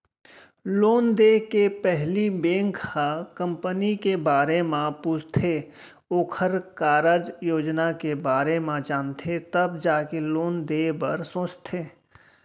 loan देय के पहिली बेंक ह कंपनी के बारे म पूछथे ओखर कारज योजना के बारे म जानथे तब जाके लोन देय बर सोचथे